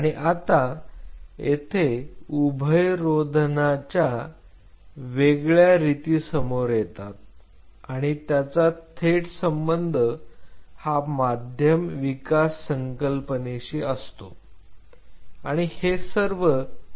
आणि आता येथे उभयरोधनाच्या वेगळ्या रीती समोर येतात आणि त्याचा थेट संबंध हा माध्यम विकास संकल्पनेशी असतो आणि हे सर्व येथे संबंधित आहेत